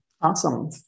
Awesome